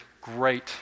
great